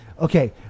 Okay